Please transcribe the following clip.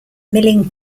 milling